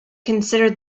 considered